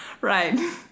Right